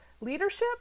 leadership